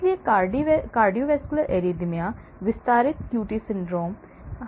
इसलिए cardiovascular arrhythmia विस्तारित QT syndrome